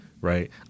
right